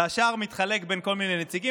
והשאר מתחלק בין כל מיני נציגים.